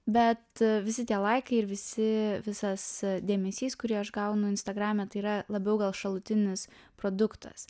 bet visi tie laikai ir visi visas dėmesys kurį aš gaunu instagrame tai yra labiau gal šalutinis produktas